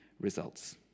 results